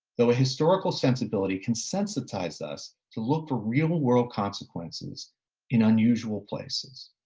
though a historical sensibility can sensitize us to look for real world consequences in unusual places.